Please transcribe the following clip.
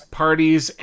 parties